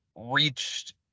reached